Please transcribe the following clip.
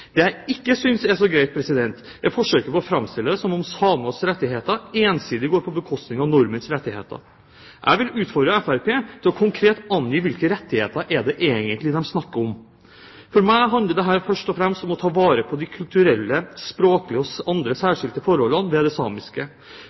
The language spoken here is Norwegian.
Det jeg ikke synes er så greit, er forsøket på å framstille det som om samers rettigheter ensidig går på bekostning av nordmenns rettigheter. Jeg vil utfordre Fremskrittspartiet til å angi konkret hvilke rettigheter de egentlig snakker om. For meg handler dette først og fremst om å ta vare på det kulturelle, språklige og andre særskilte forhold ved det samiske.